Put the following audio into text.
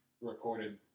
recorded